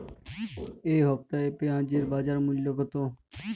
এ সপ্তাহে পেঁয়াজের বাজার মূল্য কত?